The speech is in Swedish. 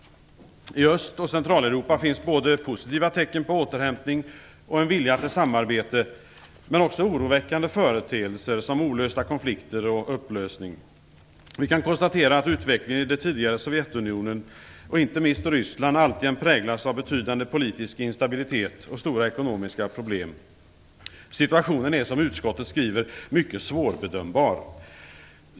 I Öst och Centraleuropa finns positiva tecken på återhämtning och en vilja till samarbete, men också oroväckande företeelser som olösta konflikter och upplösning. Vi kan konstatera att utvecklingen i det tidigare Sovjetunionen och inte minst i Ryssland alltjämt präglas av betydande politisk instabilitet och stora ekonomiska problem. Situationen är, som utskottet skriver, mycket svårbedömbar.